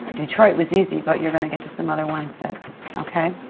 detroit was easy, but you're gonna get to some other ones that okay?